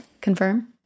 confirm